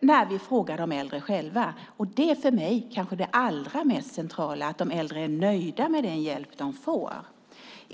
när vi frågar de äldre själva. Det är för mig kanske det allra mest centrala: att de äldre är nöjda med den hjälp de får.